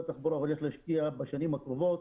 התחבורה הולך להשקיע בשנים הקרובות